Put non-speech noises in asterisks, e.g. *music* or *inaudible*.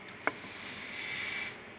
*breath*